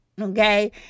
Okay